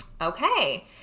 okay